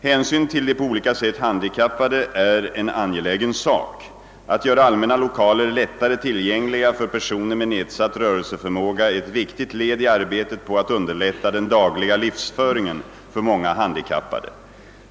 Hänsyn till de på olika sätt handikappade är en angelägen sak. Att göra allmänna lokaler lättare tillgängliga för personer med nedsatt rörelseförmåga är ett viktigt led i arbetet på att underlätta den dagliga livsföringen för många handikappade.